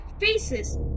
faces